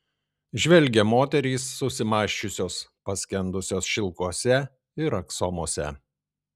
žvelgia moterys susimąsčiusios paskendusios šilkuose ir aksomuose